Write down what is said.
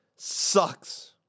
sucks